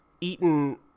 eaten